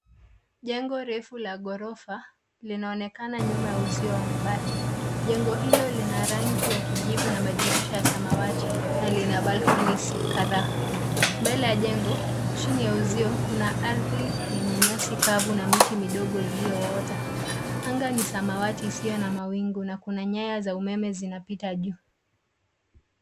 Jengo refu la ghorofa, linaonekana nyuma ya uzio wa mabati. Jengo hilo lina rangi ya kijivu na madirisha ya samawati, na lina balconies kadhaa. Mbele ya jengo, chini ya uzio, kuna ardhi yenye nyasi kavu na miti midogo iliyoota. Anga ni samawati isiyo na mawingu na kuna nyaya za umeme zinapita juu.